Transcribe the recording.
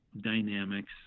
dynamics